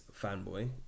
fanboy